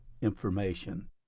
information